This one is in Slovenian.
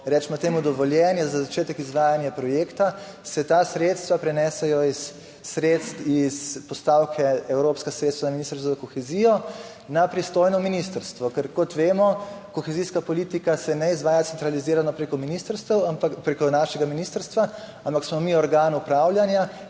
recimo temu, dovoljenje za začetek izvajanja projekta, se ta sredstva prenesejo s postavke evropska sredstva na Ministrstvo za kohezijo, na pristojno ministrstvo, ker, kot vemo, kohezijska politika se ne izvaja centralizirano preko ministrstev, ampak preko našega ministrstva, ampak smo mi organ upravljanja,